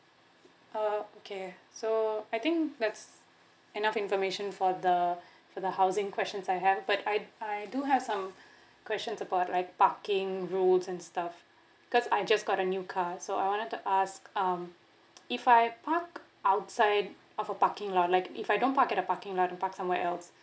uh okay so I think that's enough information for the for the housing questions I have but I I do have some questions about like parking rules and stuff cause I just got a new car so I wanted to ask um if I park outside of a parking lot like if I don't get at the parking lot I park somewhere else